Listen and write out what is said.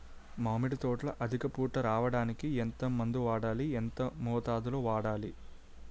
మామిడి తోటలో అధిక పూత రావడానికి ఎంత మందు వాడాలి? ఎంత మోతాదు లో వాడాలి?